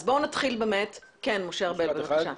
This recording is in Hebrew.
משה ארבל, בבקשה.